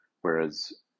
whereas